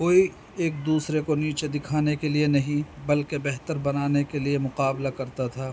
کوئی ایک دوسرے کو نیچے دکھانے کے لیے نہیں بلکہ بہتر بنانے کے لیے مقابلہ کرتا تھا